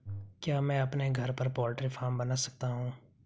क्या मैं अपने घर पर पोल्ट्री फार्म बना सकता हूँ?